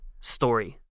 story